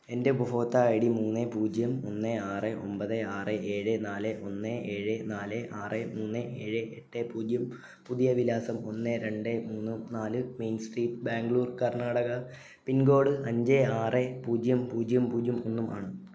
എൻ്റെ ഉപഭോക്തൃ I D മൂന്ന് പൂജ്യം ഒന്ന് ആറ് ഒമ്പത് ആറ് ഏഴ് നാല് ഒന്ന് ഏഴ് നാല് ആറ് മൂന്ന് ഏഴ് എട്ട് പൂജ്യം പുതിയ വിലാസം ഒന്ന് രണ്ട് മൂന്ന് നാല് main street Bangalore Karnataka pincode അഞ്ച് ആറ് പൂജ്യം പൂജ്യം പൂജ്യം ഒന്നും ആണ്